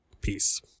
peace